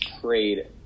trade